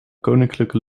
koninklijke